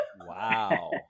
Wow